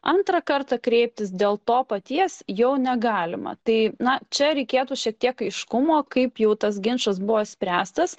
antrą kartą kreiptis dėl to paties jau negalima tai na čia reikėtų šiek tiek aiškumo kaip jau tas ginčas buvo spręstas